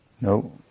no